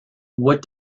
what